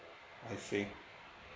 I see